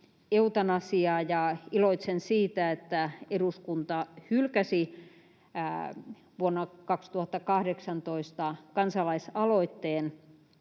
eutanasiaa, ja iloitsen siitä, että eduskunta hylkäsi vuonna 2018 kansalaisaloitteen